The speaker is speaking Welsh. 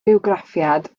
bywgraffiad